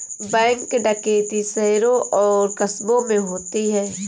bank डकैती शहरों और कस्बों में होती है